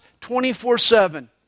24-7